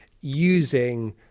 using